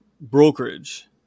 brokerage